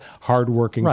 hardworking